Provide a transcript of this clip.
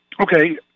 Okay